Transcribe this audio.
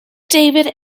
david